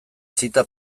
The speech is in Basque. zita